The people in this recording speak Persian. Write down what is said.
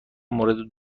مورد